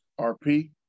RP